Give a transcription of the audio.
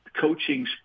coaching